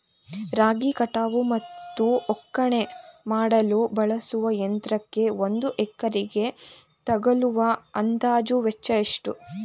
ರಾಗಿ ಕಟಾವು ಮತ್ತು ಒಕ್ಕಣೆ ಮಾಡಲು ಬಳಸುವ ಯಂತ್ರಕ್ಕೆ ಒಂದು ಎಕರೆಗೆ ತಗಲುವ ಅಂದಾಜು ವೆಚ್ಚ ಎಷ್ಟು?